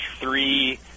three